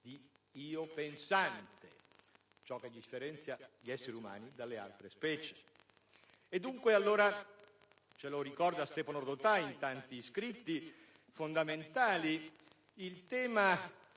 di io pensante, ciò che differenzia gli esseri umani dalle altre specie. Ce lo ricorda Stefano Rodotà in tanti scritti fondamentali: il tema